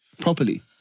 properly